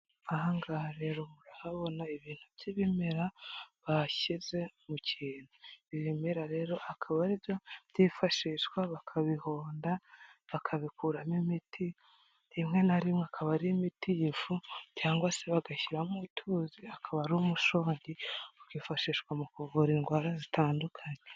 Aha ngaha rero murahabona ibintu by'ibimera bashyize mu kintu, ibi bimera rero akaba ari byo byifashishwa bakabihonda bakabikuramo imiti rimwe na rimwe akaba ari imiti y'fu cyangwa se bagashyiramo utuzi akaba ari umushongi, ikifashishwa mu kuvura indwara zitandukanye.